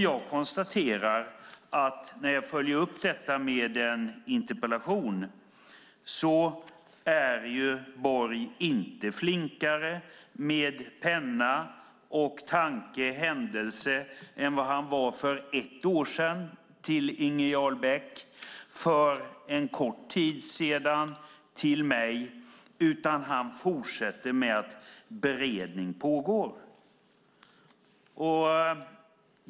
Jag konstaterar när jag följer upp detta med en interpellation att Borg inte är flinkare med penna, tanke och händelser än han var för ett år sedan till Inger Jarl Beck och för en kort tid sedan till mig, utan han fortsätter med att säga att beredning pågår.